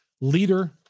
leader